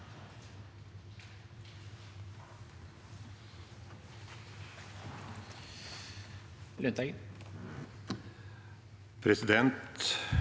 Presidenten